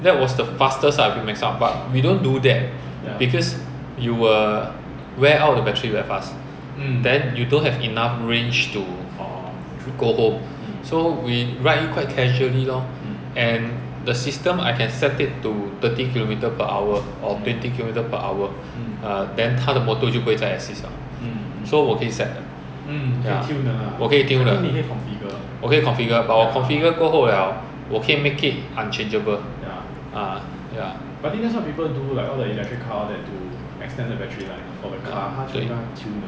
that was the fastest lah if we max out but we don't do that because you will wear out the battery very fast then you don't have enough range to go home so we ride it quite casually lor and the system I can set it to thirty kilometre per hour or twenty kilometre per hour err then 他的 motor 就不会在 assist liao system so 我可以 set 的 mm 我可以 tune 的我可以 configure but 我 configure 过后 liao 我可以 make it unchangeable ah 对